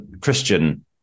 christian